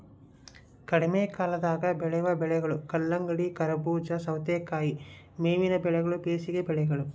ಕಡಿಮೆಕಾಲದಾಗ ಬೆಳೆವ ಬೆಳೆಗಳು ಕಲ್ಲಂಗಡಿ, ಕರಬೂಜ, ಸವತೇಕಾಯಿ ಮೇವಿನ ಬೆಳೆಗಳು ಬೇಸಿಗೆ ಬೆಳೆಗಳು